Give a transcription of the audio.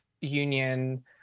union